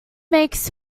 makes